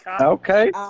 okay